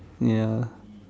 ya